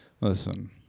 Listen